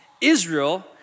Israel